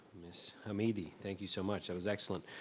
ms. hamidi, thank you so much, that was excellent.